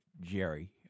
Jerry